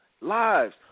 lives